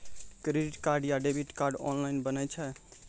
Credit card या debit card online बनै छै?